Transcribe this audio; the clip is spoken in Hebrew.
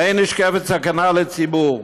ולא נשקפת סכנה לציבור.